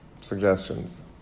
suggestions